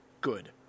good